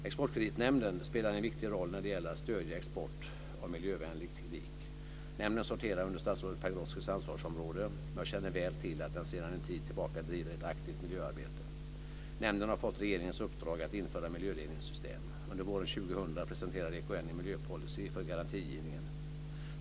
Exportkreditnämnden, EKN, spelar en viktig roll när det gäller att stödja export av miljövänlig teknik. Nämnden sorterar under statsrådet Pagrotskys ansvarsområde men jag känner väl till att den sedan en tid tillbaka driver ett aktivt miljöarbete. Nämnden har fått regeringens uppdrag att införa miljöledningssystem. Under våren 2000 presenterade EKN en miljöpolicy för garantigivning.